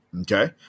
Okay